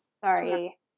Sorry